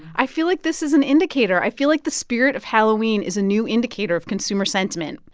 i feel like this is an indicator. i feel like the spirit of halloween is a new indicator of consumer sentiment.